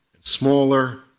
smaller